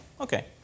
Okay